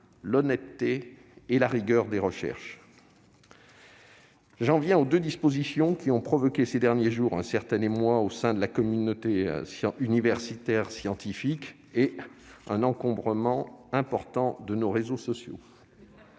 l'honnêteté et la rigueur des recherches. J'en viens aux deux dispositions qui ont provoqué ces derniers jours un certain émoi au sein de la communauté universitaire scientifique et un encombrement important de nos réseaux sociaux.